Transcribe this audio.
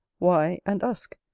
wye, and usk,